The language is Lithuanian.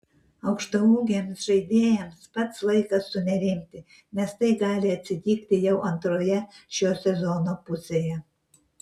aukštaūgiams žaidėjams pats laikas sunerimti nes tai gali atsitikti jau antroje šio sezono pusėje